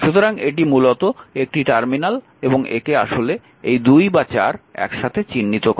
সুতরাং এটি মূলত একটি টার্মিনাল এবং একে আসলে এই 2 এবং 4 এক সাথে চিহ্নিত করা হয়েছে